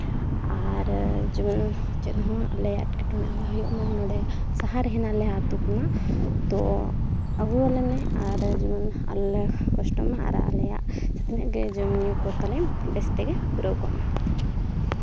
ᱟᱨ ᱡᱮᱢᱚᱱ ᱪᱮᱫ ᱦᱚᱸ ᱟᱞᱮᱭᱟ ᱮᱸᱴᱠᱮᱴᱚᱬᱮ ᱟᱞᱚ ᱦᱩᱭᱩᱜᱢᱟ ᱱᱚᱰᱮ ᱥᱟᱦᱟᱨᱮ ᱦᱮᱱᱟᱜ ᱞᱮᱭᱟ ᱟᱛᱳ ᱠᱷᱚᱱᱟᱜ ᱛᱚ ᱟᱹᱜᱩᱣᱟᱞᱮᱢᱮ ᱟᱨ ᱡᱮᱢᱚᱱ ᱟᱞᱚ ᱞᱮ ᱠᱚᱥᱴᱚᱜᱢᱟ ᱟᱨ ᱟᱞᱮᱭᱟᱜ ᱡᱟᱦᱟᱸ ᱛᱤᱱᱟᱹᱜ ᱜᱮ ᱡᱚᱢᱼᱧᱩ ᱠᱚ ᱛᱟᱞᱮ ᱵᱮᱥ ᱛᱮᱜᱮ ᱯᱩᱨᱟᱹᱣ ᱠᱚᱜᱼᱢᱟ